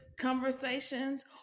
conversations